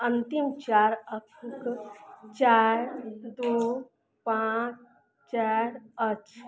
अंतिम चारि अङ्क चारि दू पाँच चारि अछि